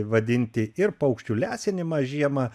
vadinti ir paukščių lesinimą žiemą